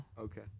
Okay